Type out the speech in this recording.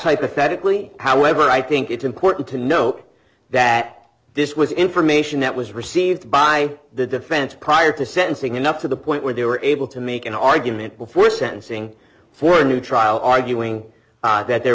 hypothetically however i think it's important to note that this was information that was received by the defense prior to sentencing enough to the point where they were able to make an argument before sentencing for a new trial arguing that there